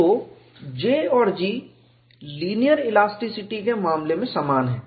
तो J और G linear elasticity के मामले में समान हैं